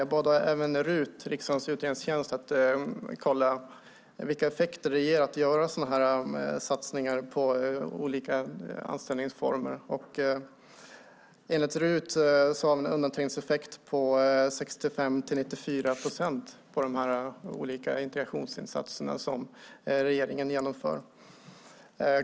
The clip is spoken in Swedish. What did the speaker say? Jag har bett RUT, riksdagens utredningstjänst, att kolla vilka effekterna blir av sådana här satsningar på olika anställningsformer. Enligt RUT har vi en undanträngningseffekt på 65-94 procent när det gäller de olika integrationsinsatser som regeringen genomför.